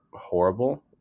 horrible